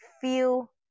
feel